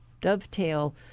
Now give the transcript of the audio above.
dovetail